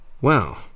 Well